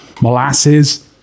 Molasses